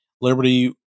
Liberty